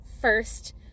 first